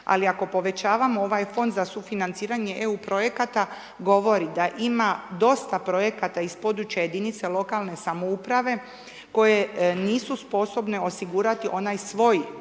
ali ako povećavamo ovaj fond za sufinanciranje EU projekata, govori da ima dosta projekata iz područja jedinica lokalne samouprave koje nisu sposobne osigurati onaj svoj dio